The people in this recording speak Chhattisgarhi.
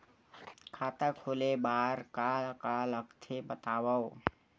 खाता खोले बार का का लगथे बतावव?